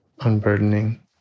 unburdening